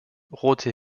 rote